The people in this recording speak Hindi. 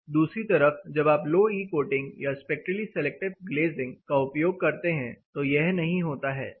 दूसरी तरफ जब आप लो ई कोटिंग या स्पेक्ट्रली सिलेक्टिव ग्लेजिंग का उपयोग करते हैं तो यह नहीं होता है